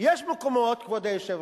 יש מקומות, כבוד היושב-ראש,